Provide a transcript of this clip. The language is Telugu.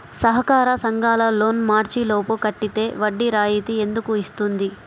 సహకార సంఘాల లోన్ మార్చి లోపు కట్టితే వడ్డీ రాయితీ ఎందుకు ఇస్తుంది?